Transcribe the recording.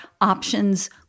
options